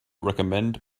recommend